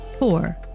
Four